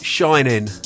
Shining